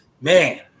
man